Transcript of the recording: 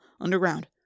underground